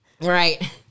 Right